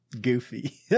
goofy